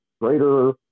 greater